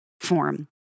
form